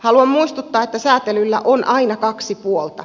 haluan muistuttaa että säätelyllä on aina kaksi puolta